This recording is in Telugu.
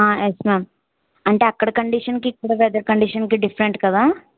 ఆ ఎస్ మ్యామ్ అంటే అక్కడ కండిషన్కి ఇక్కడ వెదర్ కండిషన్కి డిఫరెంట్ కదా